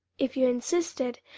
if you insisted,